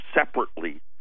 separately